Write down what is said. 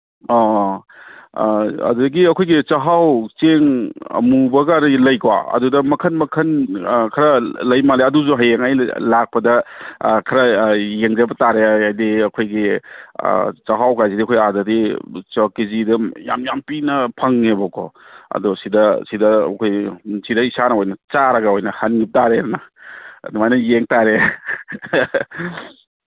ꯑꯣ ꯑꯗꯨꯗꯒꯤ ꯑꯩꯈꯣꯏ ꯆꯥꯛꯍꯥꯎ ꯆꯦꯡ ꯑꯃꯨꯕꯀꯗꯤ ꯂꯩꯀꯣ ꯑꯗꯨꯗ ꯃꯈꯟ ꯃꯈꯟ ꯈꯔ ꯂꯩ ꯃꯥꯜꯂꯦ ꯑꯗꯨꯁꯨ ꯍꯌꯦꯡ ꯑꯩꯅ ꯂꯥꯛꯄꯗ ꯈꯔ ꯌꯦꯡꯖꯕ ꯇꯥꯔꯦ ꯍꯥꯏꯗꯤ ꯑꯩꯈꯣꯏꯒꯤ ꯆꯥꯛꯍꯥꯎꯀꯁꯤꯗꯤ ꯑꯩꯈꯣꯏ ꯑꯥꯗꯗꯤ ꯀꯦ ꯖꯤꯗ ꯌꯥꯝ ꯌꯥꯝ ꯄꯤꯅ ꯐꯪꯉꯦꯕꯀꯣ ꯑꯗꯣ ꯁꯤꯗ ꯁꯤꯗ ꯑꯩꯈꯣꯏ ꯁꯤꯗꯩ ꯆꯥꯔꯒ ꯑꯣꯏꯅ ꯍꯟꯕ ꯇꯥꯔꯦꯗꯅ ꯑꯗꯨꯃꯥꯏꯅ ꯌꯦꯡ ꯇꯥꯔꯦ